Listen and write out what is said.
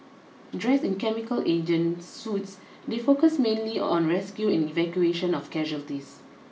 dressed in chemical agent suits they focused mainly on rescue and evacuation of casualties